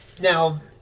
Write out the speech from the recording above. now